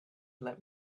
let